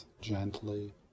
gently